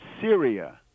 Syria